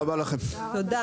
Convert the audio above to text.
הישיבה ננעלה בשעה 12:02.